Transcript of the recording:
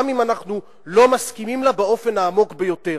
גם אם אנחנו לא מסכימים לה באופן העמוק ביותר.